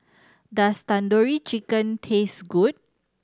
does Tandoori Chicken taste good